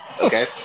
Okay